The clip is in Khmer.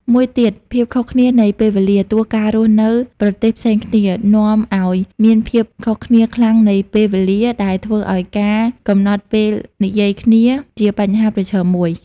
មួយទៀត ភាពខុសគ្នានៃពេលវេលា ព្រោះការរស់នៅប្រទេសផ្សេងគ្នា នាំឱ្យមានភាពខុសគ្នាខ្លាំងនៃពេលវេលា ដែលធ្វើឱ្យការកំណត់ពេលនិយាយគ្នាជាបញ្ហាប្រឈមមួយ។